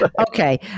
Okay